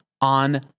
on